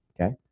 okay